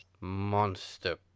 monster